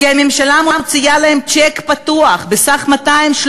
כי הממשלה מוציאה להם צ'ק פתוח בסך 200,000,